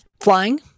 flying